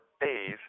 days